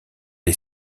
est